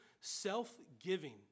self-giving